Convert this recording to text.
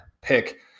pick